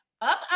up